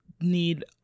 need